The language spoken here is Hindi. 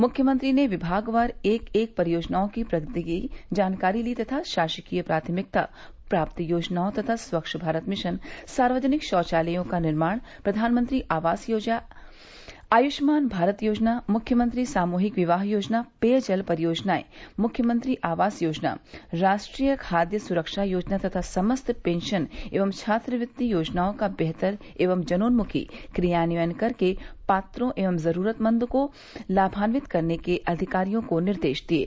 मुख्यमंत्री ने विभागवार एक एक परियोजना की प्रगति की जानकारी ली तथा शासकीय प्राथमिकता प्राप्त योजनाओं यथा स्वच्छ भारत मिशन सार्वजनिक शौचालयों का निर्माण प्रधानमंत्री आवास योजना आयुष्मान भारत योजना मुख्यमंत्री सामूहिक विवाह योजना पेयजल परियोजनाएं मुख्यमंत्री आवास योजना राष्ट्रीय खाद्य सुरक्षा योजना तथा समस्त पेंशन एवं छात्रवृत्ति योजनाओं का बेहतर एवं जनोन्मुखी क्रियान्वयन करके पात्रों एवं जरुरतमंदों को लामान्वित करने के लिए अधिकारियों को निर्देश दिये